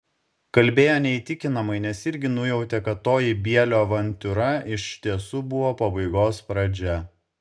kalbėjo neįtikinamai nes irgi nujautė kad toji bielio avantiūra iš tiesų buvo pabaigos pradžia